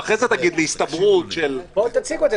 ואחרי זה תגיד לי הסתברות של --- תציגו את זה,